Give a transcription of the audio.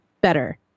better